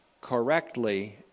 Correctly